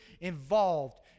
involved